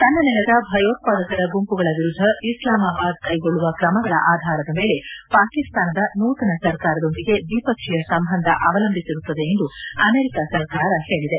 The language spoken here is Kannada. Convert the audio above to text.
ತನ್ನ ನೆಲದ ಭಯೋತ್ವಾದಕರ ಗುಂಪುಗಳ ವಿರುದ್ದ ಇಸ್ಲಾಮಾಬಾದ್ ಕೈಗೊಳ್ಳುವ ಕ್ರಮಗಳ ಆಧಾರದ ಮೇಲೆ ಪಾಕಿಸ್ತಾನದ ನೂತನ ಸರ್ಕಾರದೊಂದಿಗೆ ದ್ವಿಪಕ್ಷೀಯ ಸಂಬಂಧ ಅವಲಂಭಿಸಿರುತ್ತದೆ ಎಂದು ಅಮೆರಿಕ ಸರ್ಕಾರ ಹೇಳಿದೆ